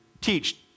teach